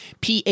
PA